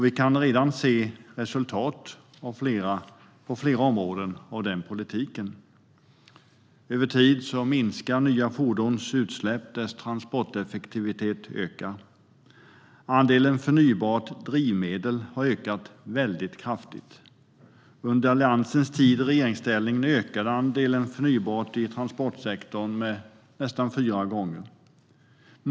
Vi kan redan se resultat på flera områden av den politiken. Över tid har nya fordons utsläpp minskat och deras transporteffektivitet ökat. Andelen förnybara drivmedel har ökat väldigt kraftigt. Under Alliansens tid i regeringsställning ökade andelen förnybart i transportsektorn med nästan fyra gånger.